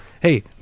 hey